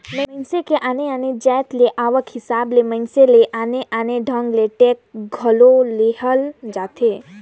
मइनसे के आने आने जाएत के आवक हिसाब ले मइनसे ले आने आने ढंग ले टेक्स घलो लेहल जाथे